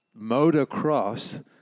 motocross